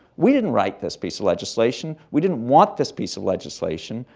we didn't write this piece of legislation. we didn't want this piece of legislation.